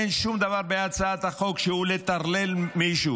אין שום דבר בהצעת החוק שהוא לטרלל מישהו,